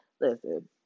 Listen